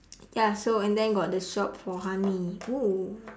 ya so and then got the shop for honey oo